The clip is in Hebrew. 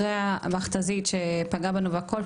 אחרי המכת"זית שפגעה בנו והכול,